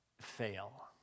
fail